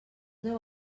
deu